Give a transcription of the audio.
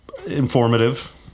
informative